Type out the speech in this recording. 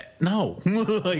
no